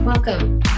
Welcome